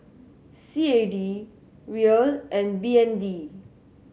C A D Riel and B N D